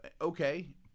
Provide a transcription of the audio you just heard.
Okay